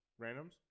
Randoms